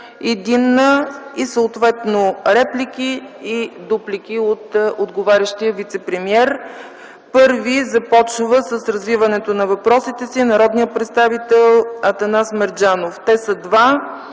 единна и съответно реплики и дуплики от отговарящия вицепремиер. Първи започва с развиването на въпросите си народният представител Атанас Мерджанов. Те са два